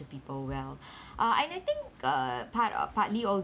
to people well uh and I think uh part uh partly all